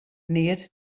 neat